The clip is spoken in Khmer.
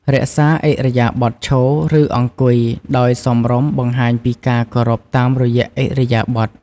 រក្សាឥរិយាបថឈរ ឬអង្គុយដោយសមរម្យបង្ហាញពីការគោរពតាមរយៈឥរិយាបថ។